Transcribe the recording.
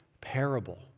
parable